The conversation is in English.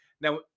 Now